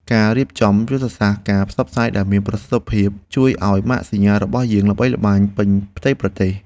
ការរៀបចំយុទ្ធនាការផ្សព្វផ្សាយដែលមានប្រសិទ្ធភាពជួយឱ្យម៉ាកសញ្ញារបស់យើងល្បីល្បាញពេញផ្ទៃប្រទេស។